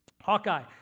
Hawkeye